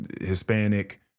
Hispanic